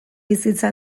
bizitza